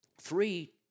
three